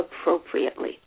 appropriately